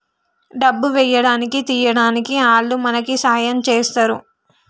డబ్బు వేయడానికి తీయడానికి ఆల్లు మనకి సాయం చేస్తరు